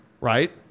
Right